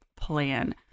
plan